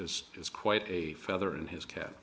this is quite a feather in his ca